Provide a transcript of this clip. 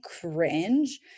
cringe